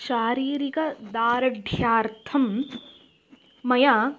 शारीरिक दार्ढ्यार्थं मया